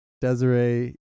Desiree